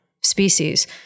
species